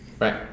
Right